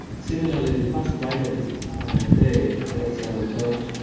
similarly, the first bite of the day tells our gut,